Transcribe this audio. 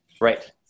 Right